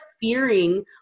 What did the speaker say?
fearing